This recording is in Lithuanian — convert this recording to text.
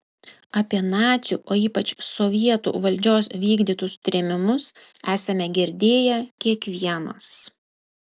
apie nacių o ypač sovietų valdžios vykdytus trėmimus esame girdėję kiekvienas